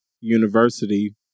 university